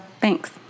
thanks